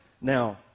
Now